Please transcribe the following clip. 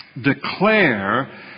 declare